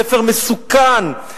ספר מסוכן,